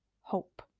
hope